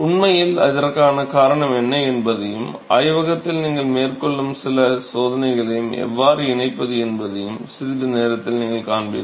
உண்மையில் அதற்கான காரணம் என்ன என்பதையும் ஆய்வகத்தில் நீங்கள் மேற்கொள்ளும் சில சோதனைகளை எவ்வாறு இணைப்பது என்பதையும் சிறிது நேரத்தில் நீங்கள் காண்பீர்கள்